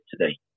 today